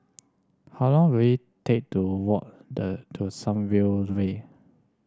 how long will it take to walk to Sunview Way